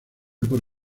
por